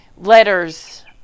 letters